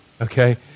okay